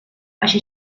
així